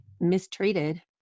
mistreated